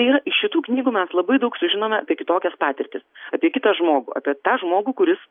tai yra iš šitų knygų mes labai daug sužinome apie kitokias patirtis apie kitą žmogų apie tą žmogų kuris